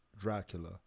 Dracula